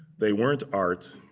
they weren't art.